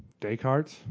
Descartes